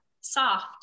soft